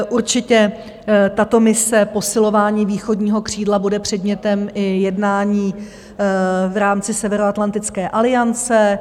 Určitě tato mise posilování východního křídla bude předmětem i jednání v rámci Severoatlantické aliance.